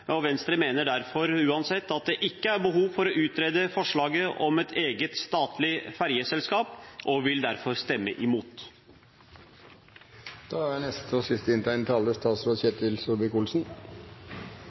her. Venstre mener uansett at det ikke er behov for å utrede forslaget om et eget statlig fergeselskap, og vil derfor stemme imot. Det å sikre god samferdsel over fjordene er